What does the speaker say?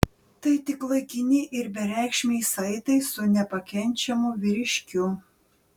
tai tik laikini ir bereikšmiai saitai su nepakenčiamu vyriškiu